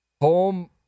Home